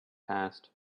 passed